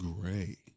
gray